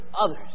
others